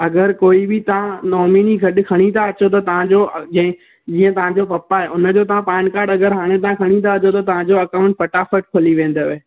अगरि कोई बि तव्हां नॉमिनी गॾु खणी था अचो त तव्हां जो जीअं तव्हां जो पप्पा आहे उनजो तव्हां पानकार्ड अगरि तव्हां हाणे खणी था अचो तव्हां जो अकाउंट फटाफटि खुली वेंदव